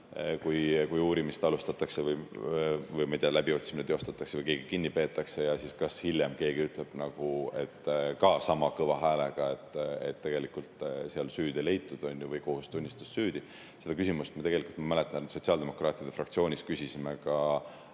kui uurimist alustatakse või läbiotsimist teostatakse või keegi kinni peetakse. Ja siis, kas hiljem keegi ütleb ka sama kõva häälega, et tegelikult süüd ei leitud või kohus tunnistas süüdi. Seda küsimust me tegelikult, ma mäletan, sotsiaaldemokraatide fraktsioonis küsisime ka